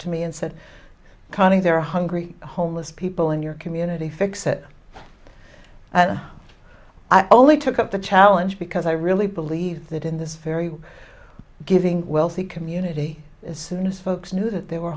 to me and said connie there are hungry homeless people in your community fix it and i only took up the challenge because i really believe that in this very giving wealthy community as soon as folks knew that there were